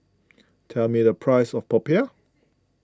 tell me the price of Popiah